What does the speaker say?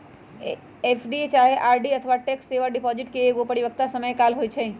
FD चाहे RD अथवा tax saver deposit के एगो परिपक्वता समय काल होइ छइ